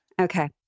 Okay